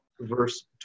verse